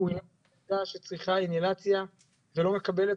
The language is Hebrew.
תחשבו על ילדה שצריכה אינהלציה ולא מקבלת